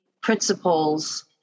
principles